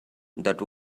that